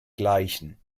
gleichen